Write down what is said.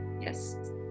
Yes